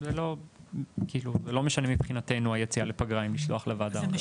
זה לא משנה מבחינתנו היציאה לפגרה אם לשלוח לוועדה או לא.